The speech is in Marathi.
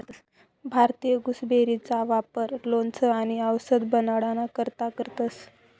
भारतीय गुसबेरीना वापर लोणचं आणि आवषद बनाडाना करता करतंस